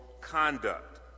conduct